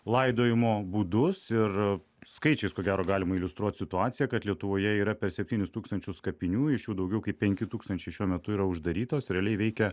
laidojimo būdus ir skaičiais ko gero galima iliustruot situaciją kad lietuvoje yra per septynis tūkstančius kapinių iš jų daugiau kaip penki tūkstančiai šiuo metu yra uždarytos realiai veikia